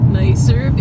nicer